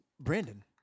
Brandon